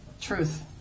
truth